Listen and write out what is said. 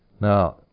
Now